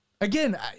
Again